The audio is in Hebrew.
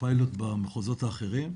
הפיילוט במחוזות האחרים.